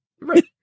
Right